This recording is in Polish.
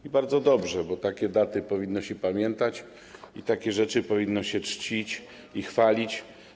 I bardzo dobrze, bo takie daty powinno się pamiętać i takie rzeczy powinno się czcić i chwalić.